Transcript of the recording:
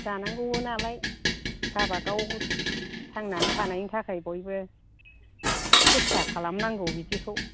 जानांगौबो नालाय गावबागाव थांनानै थानायनि थाखाय बयबो सेस्था खालामनांगौ बिदिखौ